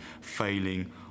failing